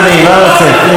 הבנתי, החוק גזעני.